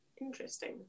interesting